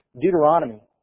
Deuteronomy